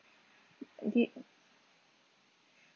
did